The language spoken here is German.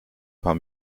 paar